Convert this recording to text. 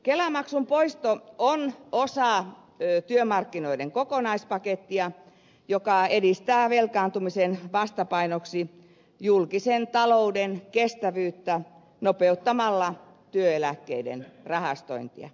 kelamaksun poisto on osa työmarkkinoiden kokonaispakettia joka edistää velkaantumisen vastapainoksi julkisen talouden kestävyyttä nopeuttamalla työeläkkeiden rahastointia